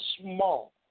small